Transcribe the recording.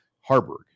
Harburg